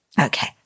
Okay